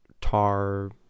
Tar